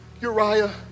uriah